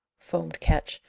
foamed ketch,